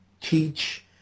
teach